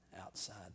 outside